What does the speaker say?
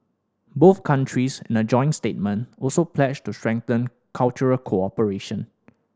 both countries in a joint statement also pledged to strengthen cultural cooperation